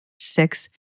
six-